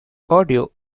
audio